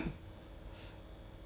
Europe